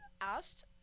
asked